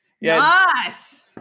Nice